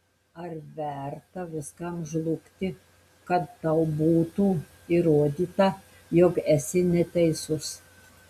ar verta viskam žlugti kad tau būtų įrodyta jog esi neteisus